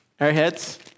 Airheads